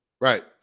Right